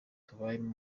tubayemo